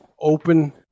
open